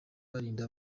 barinda